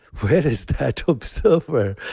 where is that observer?